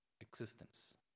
existence